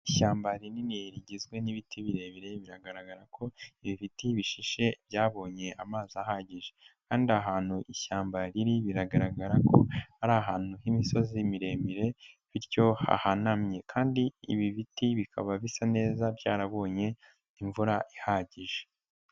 Ishyamba rinini rigizwe n'ibiti birebire biragaragara ko ibi biti bishishe byabonye amazi ahagije, kandi ahantu ishyamba riri biragaragara ko ari ahantu h'imisozi miremire bityo hahanamye, kandi ibi biti bikaba bisa neza byarabonye imvura ihagije.